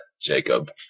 Jacob